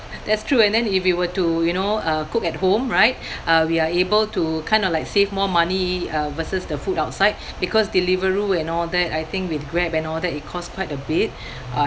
that's true and then if you were to you know uh cook at home right uh we are able to kind of like save more money uh versus the food outside because Deliveroo and all that I think with Grab and all that it cost quite a bit uh